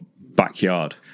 backyard